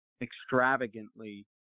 extravagantly